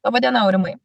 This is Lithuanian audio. laba diena aurimai